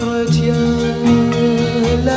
Retiens